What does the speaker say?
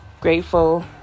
grateful